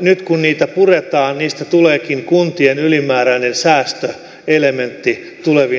nyt puretaan niistä tuleekin kuntien ylimääräinen säästöelementti tuleviin talousarvioneuvotteluihin